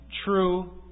true